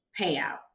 payout